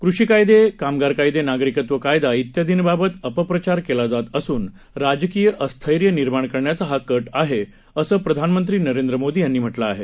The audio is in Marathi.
कृषी कायदे कामगार कायदे नागरिकत्व कायदा त्यादींबाबत अपप्रचार केला जात असून राजकीय अस्थैर्य निर्माण करण्याचा हा कट आहे असं प्रधानमंत्री नरेंद्र मोदी यांनी म्हटलं आहे